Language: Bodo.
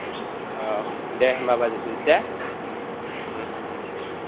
औ दे होमबा बाजै दोनथसै दे